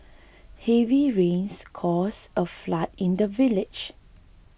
heavy rains caused a flood in the village